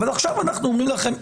אבל עכשיו אנחנו אומרים לכם,